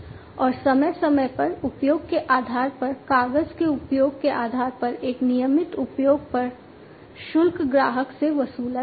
और समय समय पर उपयोग के आधार पर कागज़ के उपयोग के आधार पर एक नियमित उपयोग पर शुल्क ग्राहक से वसूला जाएगा